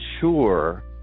sure